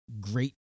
great